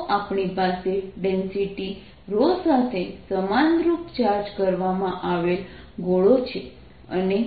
તો આપણી પાસે ડેન્સિટી સાથે સમાનરૂપે ચાર્જ કરવામાં આવેલ ગોળો છે અને